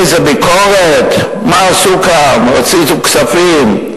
איזה ביקורת, מה עשו כאן, הוציאו כספים.